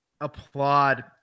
applaud